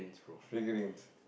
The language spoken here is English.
triggering's